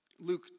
Luke